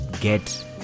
get